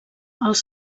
els